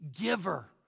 giver